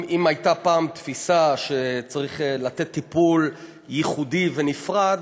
אם הייתה פעם תפיסה שצריך לתת טיפול ייחודי ונפרד,